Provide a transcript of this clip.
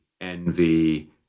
envy